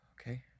Okay